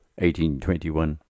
1821